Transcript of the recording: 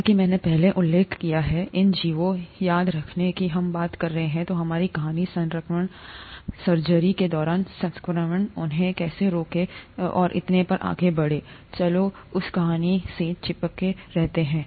जैसा कि मैंने पहले उल्लेख किया है इन जीवों याद रखें कि हम बात कर रहे हैं हमारी कहानी संक्रमण सर्जरी के दौरान संक्रमण उन्हें कैसे रोकें और इतने पर आगे बढ़ें चलो उस कहानी से चिपके रहते हैं